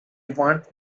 want